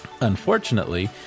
Unfortunately